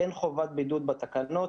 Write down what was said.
אבל אין חובת בידוד בתקנות,